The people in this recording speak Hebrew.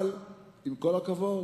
אבל עם כל הכבוד,